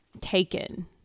taken